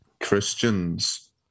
Christians